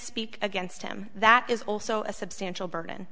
speak against him that is also a substantial burden